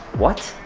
what?